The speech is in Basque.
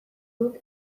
dut